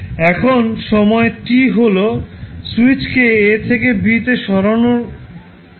এখন সময় t হল সুইচকে a থেকে b এ সরানো হওয়ার সময়